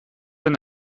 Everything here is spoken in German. eine